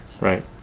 right